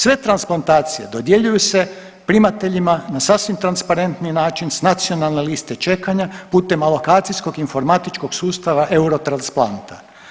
Sve transplantacije dodjeljuju se primateljima na sasvim transparentni način s nacionalne liste čekanja putem alokacijskog informatičkog sustava Eurotransplanta.